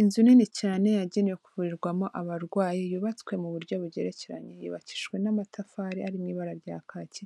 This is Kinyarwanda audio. Inzu nini cyane yagenewe kuvurirwamo abarwayi, yubatswe mu buryo bugerekeranye, yubakijwe n'amatafari ari mu ibara rya kaki,